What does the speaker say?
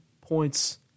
points